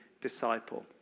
disciple